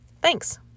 Thanks